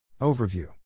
Overview